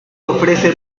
ofrece